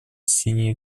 синей